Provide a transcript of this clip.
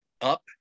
up